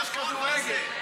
יש כדורגל.